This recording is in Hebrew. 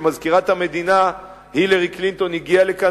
ומזכירת המדינה הילרי קלינטון הגיעה לכאן